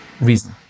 reason